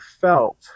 felt